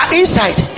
inside